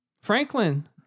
Franklin